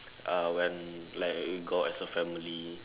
uh when like we go out as a family